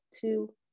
two